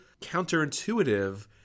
counterintuitive